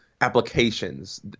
applications